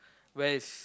where is